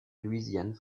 louisiane